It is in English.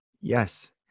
Yes